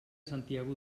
santiago